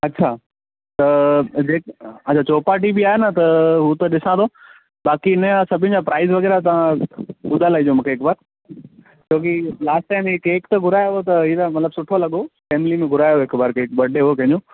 अच्छा त जे अच्छा त चौपाटी बि आहे न त हू त ॾिसां थो बाक़ी इनजा सभिनि जा प्राईस वग़ैरह तव्हां ॿुधाए लाईजो मूंखे हिकु बार छो की लास्ट टाईम हीअ केक त घुरायो हो त ही त मतिलब सुठो लॻो फ़ेमिली में घुरायो हो हिकु बार केक बडे हो कंहिंजो